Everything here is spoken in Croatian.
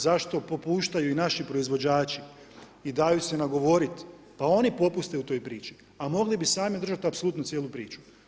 Zašto popuštaju naši proizvođači i daju se nagovarati, pa oni popuste u toj priči, a mogli bi sami držati apsolutno cijelu priču.